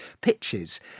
pitches